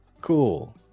cool